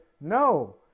no